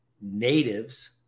natives